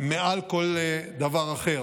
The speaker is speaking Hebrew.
מעל כל דבר אחר.